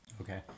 Okay